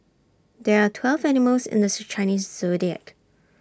there are twelve animals in the Chinese Zodiac